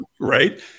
Right